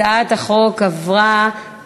הצעת החוק עברה.